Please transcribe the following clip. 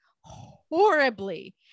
horribly